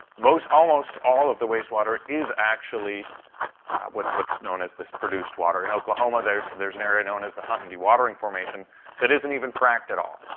most almost all of the wastewater is actually what's known as this produced water. in oklahoma, there's there's an area known as the hunton dewatering formation that isn't even fracked at all.